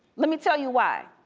let me tell you why.